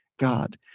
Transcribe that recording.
God